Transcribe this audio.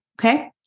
Okay